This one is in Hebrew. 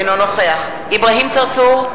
אינו נוכח אברהים צרצור,